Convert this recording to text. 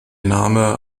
name